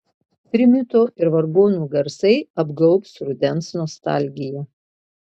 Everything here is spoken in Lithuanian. trimito ir vargonų garsai apgaubs rudens nostalgija